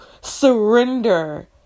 surrender